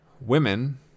women